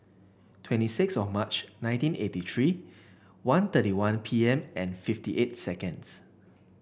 twenty six of March nineteen eighty three one thirty one P M and fifty eight seconds